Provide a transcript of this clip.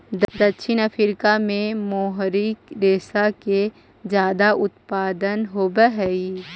दक्षिण अफ्रीका में मोहरी रेशा के ज्यादा उत्पादन होवऽ हई